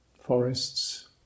forests